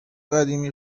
قدیمی